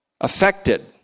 affected